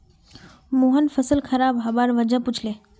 मोहन फसल खराब हबार वजह पुछले